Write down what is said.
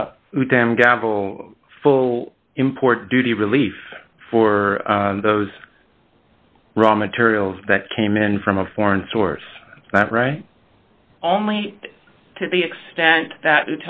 them gabble full import duty relief for those raw materials that came in from a foreign source that right only to the extent that